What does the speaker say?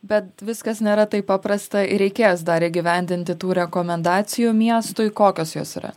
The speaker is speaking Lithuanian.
bet viskas nėra taip paprasta ir reikės dar įgyvendinti tų rekomendacijų miestui kokios jos yra